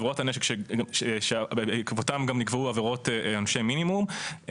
עבירות הנשק שבעקבותיהם גם נקבעו עבירות עונשי מינימום,